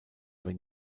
wenn